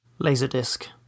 LaserDisc